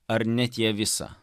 ar net ją visą